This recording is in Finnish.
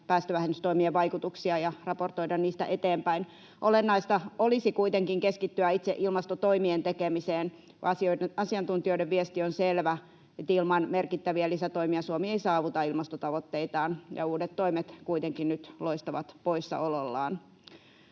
päästövähennystoimien vaikutuksia, ja raportoida niistä eteenpäin. Olennaista olisi kuitenkin keskittyä itse ilmastotoimien tekemiseen. Asiantuntijoiden viesti on selvä, että ilman merkittäviä lisätoimia Suomi ei saavuta ilmastotavoitteitaan, ja uudet toimet kuitenkin nyt loistavat poissaolollaan.